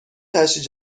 تشییع